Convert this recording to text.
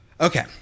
Okay